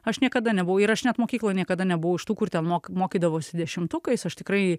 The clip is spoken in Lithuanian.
aš niekada nebuvau ir aš net mokykloj niekada nebuvau iš tų kur ten mok mokydavosi dešimtukais aš tikrai